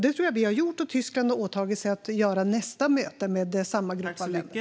Det har vi gjort, och Tyskland har åtagit sig att organisera nästa möte med samma grupp av länder.